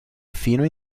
fino